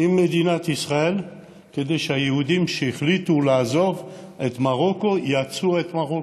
עם מדינת ישראל כדי שהיהודים שהחליטו לעזוב את מרוקו יצאו את מרוקו.